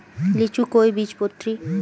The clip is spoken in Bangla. লিচু কয় বীজপত্রী?